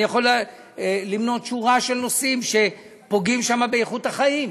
אני יכול למנות שורה של נושאים שפוגעים שם באיכות החיים.